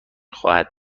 خواهد